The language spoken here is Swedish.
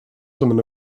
som